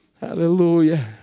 hallelujah